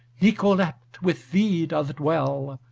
nicolete with thee doth dwell,